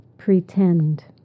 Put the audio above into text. pretend